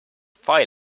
file